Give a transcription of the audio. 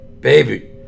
Baby